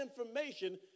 information